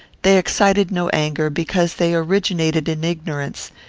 they excited no anger, because they originated in ignorance,